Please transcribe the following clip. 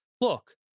look